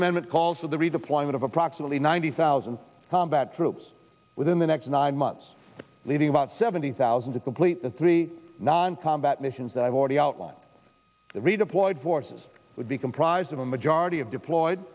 amendment calls for the redeployment of approximately ninety thousand combat troops within the next nine months leaving about seventy thousand to complete the three non combat missions i've already outlined the redeploy forces would be comprised of a majority of deployed